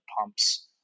pumps